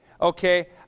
Okay